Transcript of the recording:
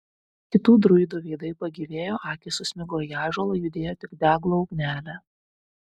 kitų druidų veidai pagyvėjo akys susmigo į ąžuolą judėjo tik deglo ugnelė